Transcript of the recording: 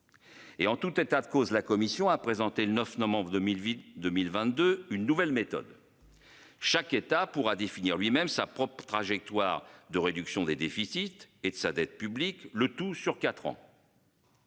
Et en tout état de cause, la Commission a présenté le 9 novembre 2000 vide 2022 une nouvelle méthode. Chaque État pourra définir lui-même sa propre trajectoire de réduction des déficits et de sa dette publique, le tout sur 4 ans.